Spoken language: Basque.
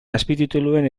azpitituluen